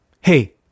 Hey